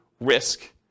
risk